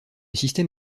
système